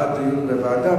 בעד דיון בוועדה,